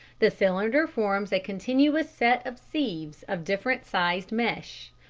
the cylinder forms a continuous set of sieves of different sized mesh,